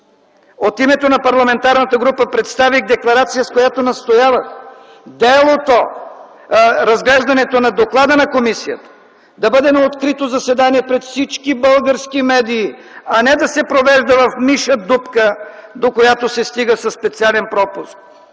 от името на парламентарна група представих декларация, с която настоявах делото, разглеждането на доклада на комисията да бъде на открито заседание, пред всички български медии, а не да се провежда в миша дупка, до която се стига със специален пропуск.